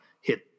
hit